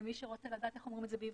למי שרוצה לדעת איך אומרים את זה בעברית.